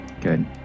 Good